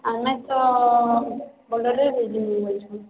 ଆମେ ତ ବୋଲୋର୍ ବୁଝିବୁ ବୋଲୁଛୁଁ